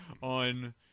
on